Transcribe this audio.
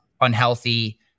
unhealthy